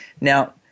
Now